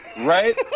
right